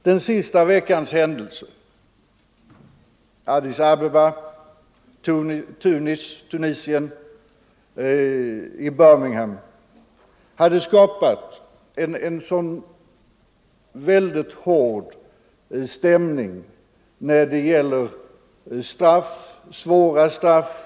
Den senaste veckans händelser i Addis Abeba, i Tunis och i Birmingham har skapat en så hätsk stämning när det gäller att ta ställning till hårda straff.